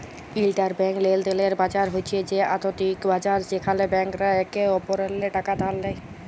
interbank লেলদেলের বাজার হছে সে আথ্থিক বাজার যেখালে ব্যাংকরা একে অপরেল্লে টাকা ধার লেয়